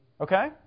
Okay